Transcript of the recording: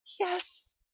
Yes